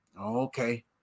okay